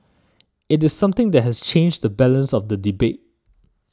it is something that has changed the balance of the debate